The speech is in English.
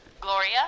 Gloria